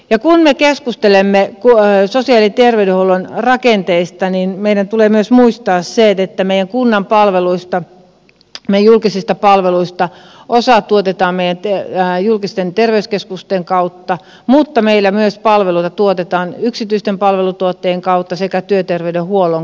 kun me keskustelemme sosiaali ja terveydenhuollon rakenteista niin meidän tulee myös muistaa se että meidän kunnan palveluista meidän julkisista palveluista osa tuotetaan meidän julkisten terveyskeskusten kautta mutta meillä palveluita tuotetaan myös yksityisten palveluntuottajien kautta sekä työterveydenhuollon kautta